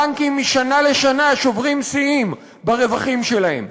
הבנקים משנה לשנה שוברים שיאים ברווחים שלהם.